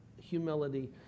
humility